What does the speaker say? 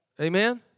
Amen